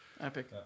Epic